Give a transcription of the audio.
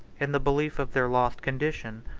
in the belief of their lost condition,